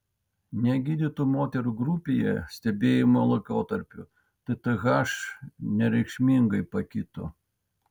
negydytų moterų grupėje stebėjimo laikotarpiu tth nereikšmingai pakito